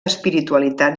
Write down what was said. espiritualitat